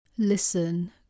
Listen